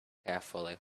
carefully